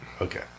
Okay